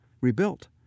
rebuilt